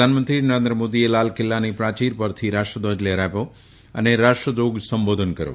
પ્રધાનમંત્રી નરેન્દ્ર મોદીએ લાલ કિલ્લાની પ્રાચીર પરથી રાષ્ટ્રધ્વજ લહેરાવ્યો અને રાષ્ટ્રજાગ સંબોધન કર્યું